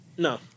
No